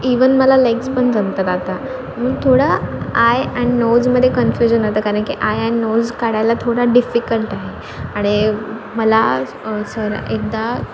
even मला legs पण जमतात आता मी थोडा आय ॲन्ड नोजमध्ये कन्फ्युजन होतं कारण की आय ॲन्ड नोज काढायला थोडा डिफिकल्ट आहे आणि मला सर एकदा